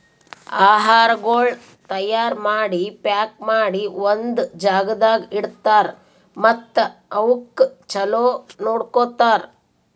ಆಹಾರಗೊಳ್ ತೈಯಾರ್ ಮಾಡಿ, ಪ್ಯಾಕ್ ಮಾಡಿ ಒಂದ್ ಜಾಗದಾಗ್ ಇಡ್ತಾರ್ ಮತ್ತ ಅವುಕ್ ಚಲೋ ನೋಡ್ಕೋತಾರ್